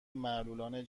معلولان